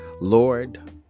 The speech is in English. Lord